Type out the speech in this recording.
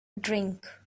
drink